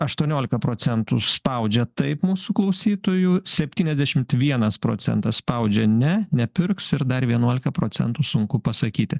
aštuoniolika procentų spaudžia taip mūsų klausytojų septyniasdešimt vienas procentas spaudžia ne nepirks ir dar vienuolika procentų sunku pasakyti